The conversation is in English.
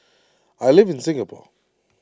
I live in Singapore